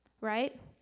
right